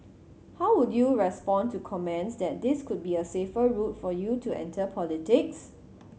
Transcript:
how would you respond to comments that this could be a safer route for you to enter politics